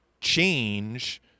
change